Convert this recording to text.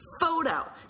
photo